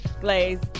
Glaze